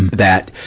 that,